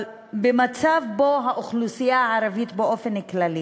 במצב שבו האוכלוסייה הערבית באופן כללי